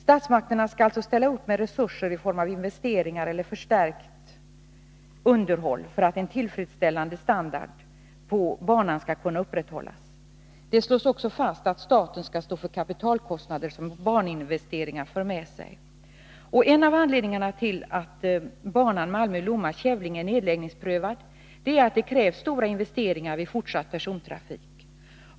Statsmakterna skall alltså ställa upp med resurser i form av investeringar eller förstärkt underhåll för att en tillfredsställande standard på banan skall kunna upprätthållas. Det slås också fast att staten skall stå för kapitalkostnader som baninvesteringar för med sig. En av anledningarna till att banan Malmö-Lomma-Kävlinge är nedläggningsprövad är att det krävs stora investeringar vid fortsatt persontrafik.